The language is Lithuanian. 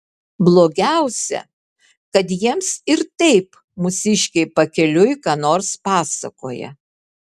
blogiausia kad jiems ir taip mūsiškiai pakeliui ką nors pasakoja